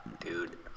dude